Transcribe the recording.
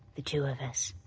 the two of us.